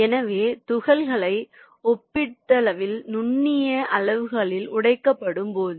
எனவே துகள்கள் ஒப்பீட்டளவில் நுண்ணிய அளவுகளில் உடைக்கப்படும் போது